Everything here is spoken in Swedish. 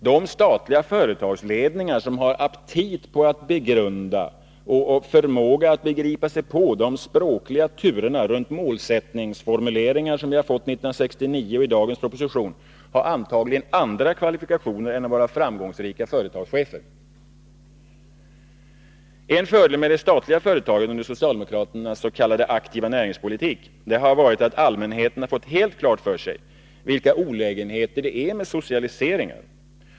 De statliga företagsledningarna, som har aptit på att begrunda och begripa sig på de språkliga turerna runt de målsättningsformuleringar som vi har fått 1969 och i dagens proposition, har antagligen andra kvalifikationer än att vara framgångsrika företagschefer. En fördel med det statliga företagandet under socialdemokraternas s.k. aktiva näringspolitik har varit att allmänheten fått helt klart för sig vilka olägenheter det är med socialiseringar.